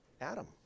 Adam